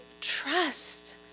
trust